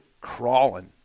crawling